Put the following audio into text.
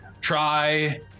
try